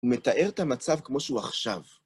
הוא מתאר את המצב כמו שהוא עכשיו.